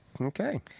Okay